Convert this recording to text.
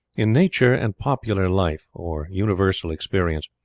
in nature and popular life, or universal experience,